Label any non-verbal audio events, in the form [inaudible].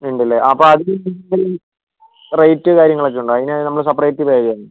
ഉണ്ട് അല്ലേ അപ്പോൾ [unintelligible] ഈ റേറ്റും കാര്യങ്ങളൊക്കെ ഉണ്ടോ അതിന് നമ്മൾ സെപ്പറേറ്റ് പേ ചെയ്യണോ